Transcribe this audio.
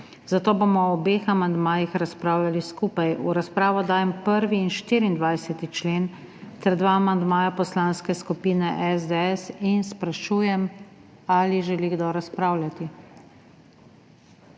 zato bomo o obeh amandmajih razpravljali skupaj. V razpravo dajem 1. in 24. člen ter dva amandmaja Poslanske skupine SDS in sprašujem, ali želi kdo razpravljati.